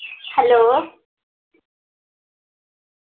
hello